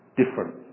different